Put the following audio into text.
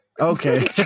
Okay